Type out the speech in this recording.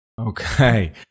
Okay